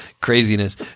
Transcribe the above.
craziness